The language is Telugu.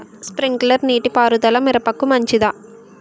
స్ప్రింక్లర్ నీటిపారుదల మిరపకు మంచిదా?